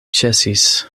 ĉesis